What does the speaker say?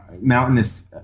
mountainous